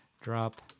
Drop